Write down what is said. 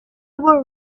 were